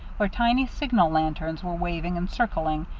where tiny signal lanterns were waving and circling,